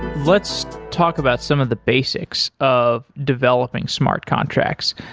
let's talk about some of the basics of developing smart contracts.